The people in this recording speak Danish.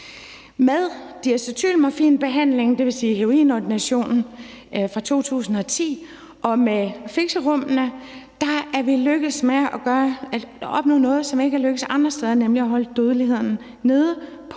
Med diacetylmorfinbehandlingen, dvs. heroinordinationen, fra 2010 og med fixerummene er vi lykkedes med at opnå noget, som ikke er lykkedes andre steder, nemlig at holde dødeligheden nede –